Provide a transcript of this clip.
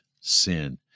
sin